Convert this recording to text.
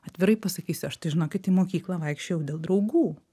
atvirai pasakysiu aš tai žinokit į mokyklą vaikščiojau dėl draugų